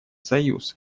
союз